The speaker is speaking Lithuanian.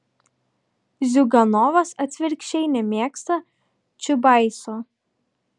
ziuganovas atvirkščiai nemėgsta čiubaiso